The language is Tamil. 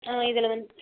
ஆ இதில் வந்து